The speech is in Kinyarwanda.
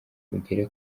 ugere